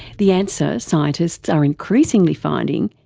the answer, scientists are increasingly finding,